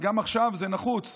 וגם עכשיו זה נחוץ.